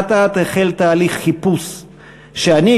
אט-אט החל תהליך חיפוש שאני,